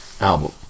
Album